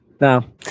Now